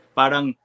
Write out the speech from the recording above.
parang